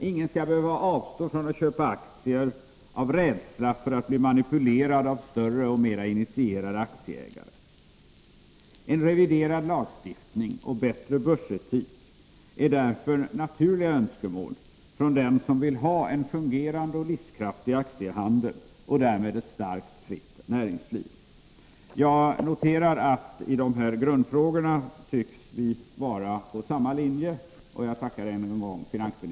Ingen skall behöva avstå från att köpa aktier av rädsla för att bli manipulerad av större och mer initierade aktieägare. En reviderad lagstiftning och bättre börsetik är därför naturliga önskemål från dem som vill ha en fungerande och livskraftig aktiehandel och därmed ett starkt, fritt näringsliv. Jag noterar att i de här grundfrågorna tycks finansministern och jag vara på samma linje.